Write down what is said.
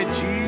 Jesus